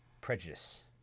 prejudice